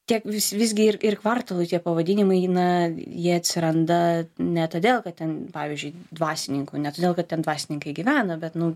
tiek vis visgi ir kvartalui tie pavadinimai na jie atsiranda ne todėl kad ten pavyzdžiui dvasininkų ne todėl kad ten dvasininkai gyvena bet nu